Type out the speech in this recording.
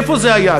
איפה זה היה?